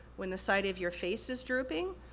when the side of your face is drooping,